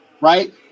right